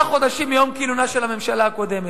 חודשים מיום כינונה של הממשלה הקודמת.